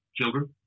Children